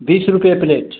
बीस रुपये प्लेट